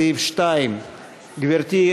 סעיף 2. גברתי,